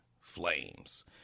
flames